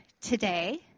today